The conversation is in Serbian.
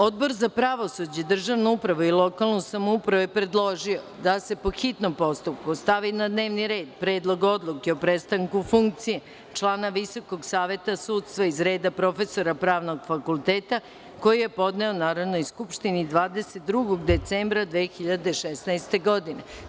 Odbor za pravosuđe, državnu upravu i lokalnu samoupravu je predložio da se, po hitnom postupku, stavi na dnevni red Predlog odluke o prestanku funkcije člana Visokog saveta sudstva iz reda profesora Pravnog fakulteta, koji je podneo Narodnoj skupštini 22. decembra 2016. godine.